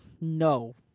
No